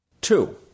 Two